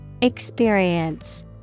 Experience